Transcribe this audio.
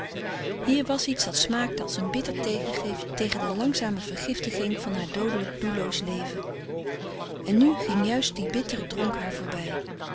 hier was iets dat smaakte als een bitter tegengif tegen de langzame vergiftiging van haar doodelijk doelloos leven en nu ging juist die bittere dronk haar voorbij